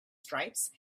stripes